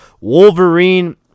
wolverine